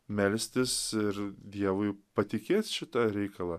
melstis ir dievui patikėt šitą reikalą